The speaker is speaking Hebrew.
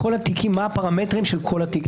מה הפרמטרים של כל התיקים האלה?